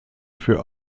für